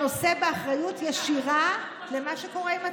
נושא באחריות ישירה למה שקורה עם הצבא,